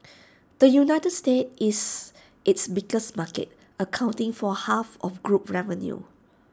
the united states is its biggest market accounting for half of group revenue